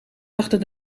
dachten